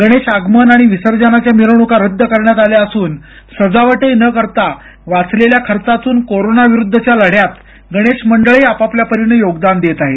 गणेश आगमन आणि विसर्जनाच्या मिरवणुका रद्द करण्यात आल्या असून सजावटही न करता वाचलेल्या खर्चातून कोरोना विरुद्धच्या लढ्यात गणेश मंडळही आपापल्या परीनं योगदान देत आहेत